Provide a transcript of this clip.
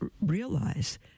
realize